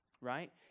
right